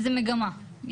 זו מגמה.